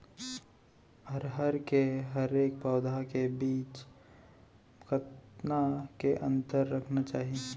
अरहर के हरेक पौधा के बीच कतना के अंतर रखना चाही?